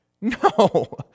No